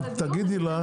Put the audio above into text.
רק תגידי לה,